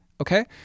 okay